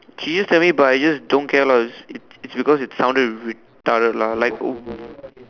she is just tell me but I just don't care lah it's it's because it sounded retarded lah like